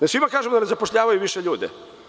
Da svima kažemo da ne zapošljavaju više ljude?